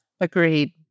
agreed